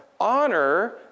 honor